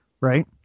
right